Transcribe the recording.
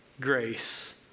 grace